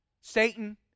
Satan